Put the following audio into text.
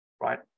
Right